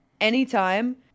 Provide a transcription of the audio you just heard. anytime